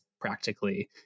practically